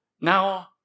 Now